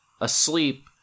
asleep